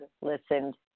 listened